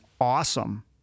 awesome